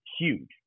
huge